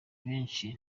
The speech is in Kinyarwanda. benshi